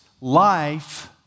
life